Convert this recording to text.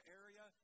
area